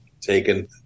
taken